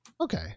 Okay